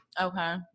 Okay